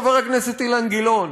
חברי חבר הכנסת אילן גילאון,